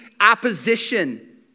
opposition